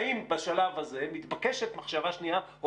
האם בשלב הזה מתבקשת מחשבה שנייה או